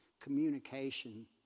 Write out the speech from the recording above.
communication